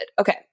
Okay